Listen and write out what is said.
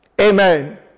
Amen